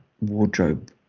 wardrobe